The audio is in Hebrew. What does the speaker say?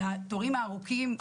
על התורים הארוכים.